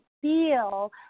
feel